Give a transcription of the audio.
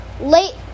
Late